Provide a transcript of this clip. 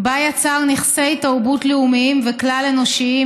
בה יצר נכסי תרבות לאומיים וכלל-אנושיים